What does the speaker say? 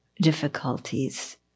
difficulties